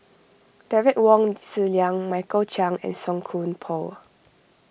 Derek Wong Zi Liang Michael Chiang and Song Koon Poh